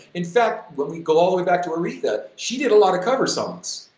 in fact, when we go all the way back to aretha, she did a lot of cover songs,